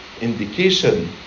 indication